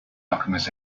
alchemist